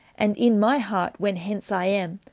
and in my heart, when hence i am,